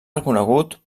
reconegut